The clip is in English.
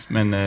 Men